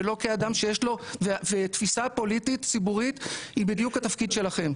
ולא כאדם שיש לו ותפיסה פוליטית ציבורית היא בדיוק התפקיד שלכם.